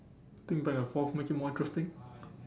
I think back and forth make it more interesting